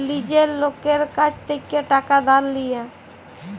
লীজের লকের কাছ থ্যাইকে টাকা ধার লিয়া